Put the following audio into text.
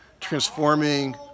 transforming